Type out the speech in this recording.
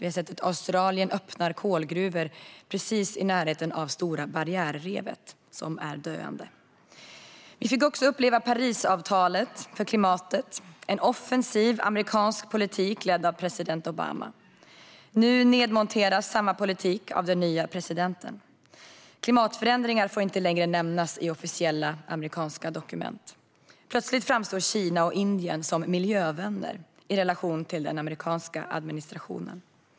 Vi har sett att Australien öppnar kolgruvor precis i närheten av Stora barriärrevet, som är döende. Vi fick också uppleva Parisavtalet för klimatet och en offensiv amerikansk politik ledd av president Obama. Nu nedmonteras samma politik av den nye presidenten. Klimatförändringar får inte längre nämnas i officiella amerikanska dokument. Plötsligt framstår Kina och Indien som miljövänner i relation till den amerikanska administrationen.